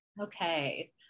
Okay